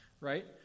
right